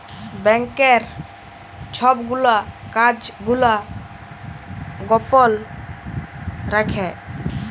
ব্যাংকের ছব গুলা কাজ গুলা গপল রাখ্যে